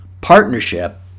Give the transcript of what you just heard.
partnership